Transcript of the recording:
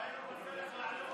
אבל היינו בדרך לעלות.